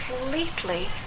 completely